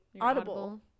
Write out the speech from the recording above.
audible